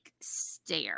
stare